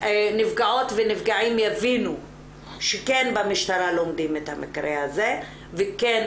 נפגעות ונפגעים יבינו שכן במשטרה לומדים את המקרה הזה וכן